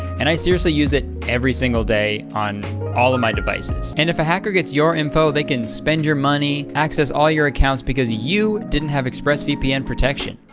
and i seriously use it every single day on all of my devices. and if a hacker gets your info they can spend your money, access all your accounts because you didn't have express vpn protection.